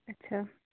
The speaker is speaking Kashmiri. اَچھا